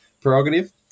prerogative